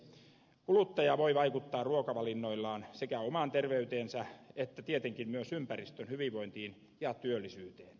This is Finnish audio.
kuluttaja voi vaikuttaa ruokavalinnoillaan sekä omaan terveyteensä että tietenkin myös ympäristön hyvinvointiin ja työllisyyteen